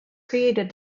created